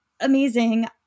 amazing